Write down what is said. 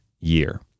year